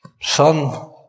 Son